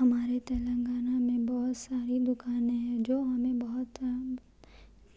ہمارے تلنگانہ میں بہت ساری دکانیں ہیں جو ہمیں بہت آرام